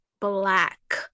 black